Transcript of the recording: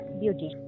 beauty